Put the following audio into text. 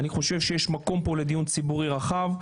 אני חושב שיש מקום כאן לדיון ציבורי רחב,